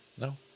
no